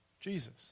Jesus